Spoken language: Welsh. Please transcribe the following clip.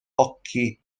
hoci